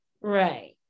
Right